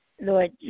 Lord